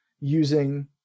using